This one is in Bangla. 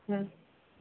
হুম